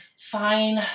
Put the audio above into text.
Fine